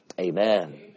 Amen